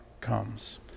comes